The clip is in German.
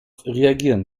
reagieren